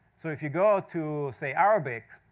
so if you go to say, arabic,